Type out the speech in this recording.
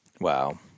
Wow